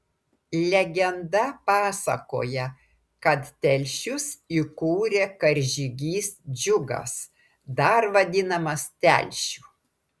legenda pasakoja kad telšius įkūrė karžygys džiugas dar vadinamas telšiu